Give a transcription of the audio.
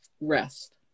rest